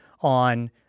on